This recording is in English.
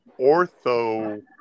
Ortho